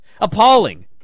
Appalling